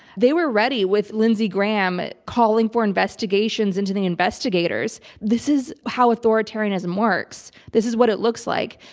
they were ready with lindsey graham calling for investigations into the investigators. this is how authoritarianism works. this is what it looks like.